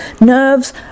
nerves